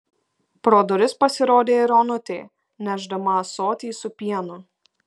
pro duris pasirodė ir onutė nešdama ąsotį su pienu